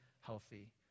healthy